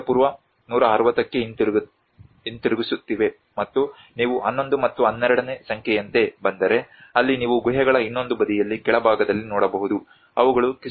ಪೂ 160 ಕ್ಕೆ ಹಿಂತಿರುಗಿಸುತ್ತಿವೆ ಮತ್ತು ನೀವು 11 ಮತ್ತು 12 ನೇ ಸಂಖ್ಯೆಯಂತೆ ಬಂದರೆ ಅಲ್ಲಿ ನೀವು ಗುಹೆಗಳ ಇನ್ನೊಂದು ಬದಿಯಲ್ಲಿ ಕೆಳಭಾಗದಲ್ಲಿ ನೋಡಬಹುದು ಅವುಗಳು ಕ್ರಿ